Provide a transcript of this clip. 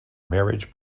marriage